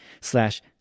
slash